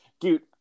Dude